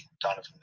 Donovan